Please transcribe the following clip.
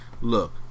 look